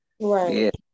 Right